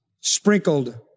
sprinkled